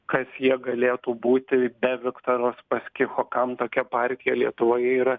kas jie galėtų būti be viktoro uspaskicho kam tokia partija lietuvoje yra